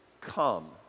come